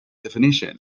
definition